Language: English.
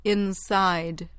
Inside